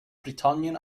britannien